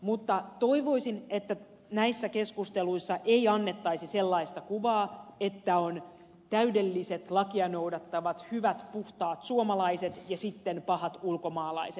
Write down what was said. mutta toivoisin että näissä keskusteluissa ei annettaisi sellaista kuvaa että on täydelliset lakia noudattavat hyvät puhtaat suomalaiset ja sitten pahat ulkomaalaiset